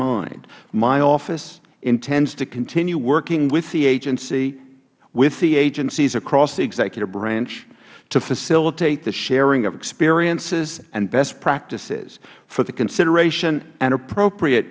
mind my office intends to continue working with the agency with the agencies across the executive branch to facilitate the sharing of experiences and best practices for the consideration and appropriate